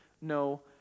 no